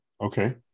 okay